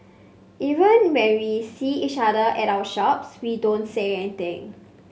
even when we see each other at our shops we don't say anything